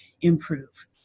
improve